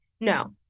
No